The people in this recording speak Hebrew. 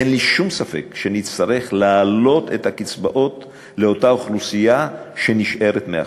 אין לי שום ספק שנצטרך להעלות את הקצבאות לאותה אוכלוסייה שנשארת מאחור,